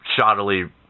shoddily